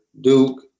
Duke